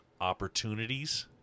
opportunities